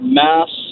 mass